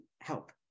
help